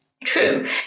true